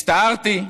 הצטערתי,